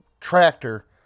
tractor